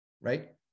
Right